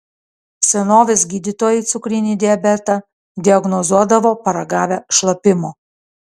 senovės gydytojai cukrinį diabetą diagnozuodavo paragavę šlapimo